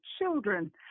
children